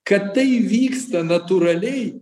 kad tai vyksta natūraliai